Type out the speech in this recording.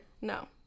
No